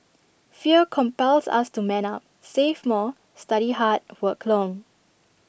fear compels us to man up save more study hard work long